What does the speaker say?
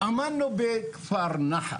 בכפר נחס.